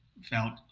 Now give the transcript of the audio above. felt